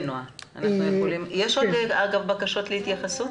יש עוד בקשות להתייחסות?